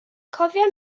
cofia